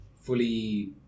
fully